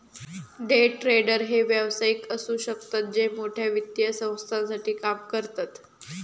day trader हे व्यावसायिक असु शकतत जे मोठ्या वित्तीय संस्थांसाठी काम करतत